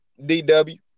DW